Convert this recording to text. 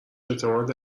اعتماد